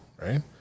right